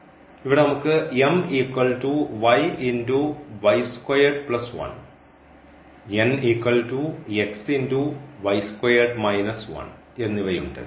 അതിനാൽ ഇവിടെ നമുക്ക് എന്നിവയുണ്ട്